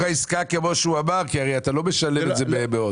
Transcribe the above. העסקה כמו שהוא אמר כי הרי אתה לא משלם את זה בעודף.